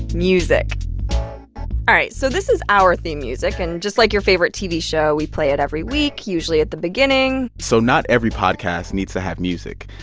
music all right. so this is our theme music. and just like your favorite tv show, we play it every week, usually at the beginning so not every podcast needs to have music.